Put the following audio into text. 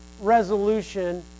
resolution